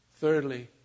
Thirdly